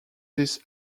these